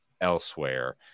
elsewhere